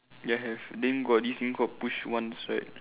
yes have then got this thing called push once right